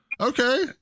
Okay